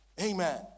Amen